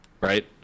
Right